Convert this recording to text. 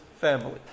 family